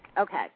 Okay